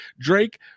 Drake